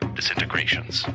disintegrations